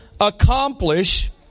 accomplish